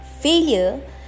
failure